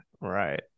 right